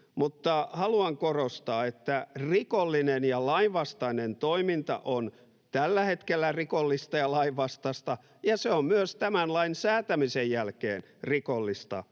Mutta haluan korostaa, että rikollinen ja lainvastainen toiminta on tällä hetkellä rikollista ja lainvastaista ja se on myös tämän lain säätämisen jälkeen rikollista ja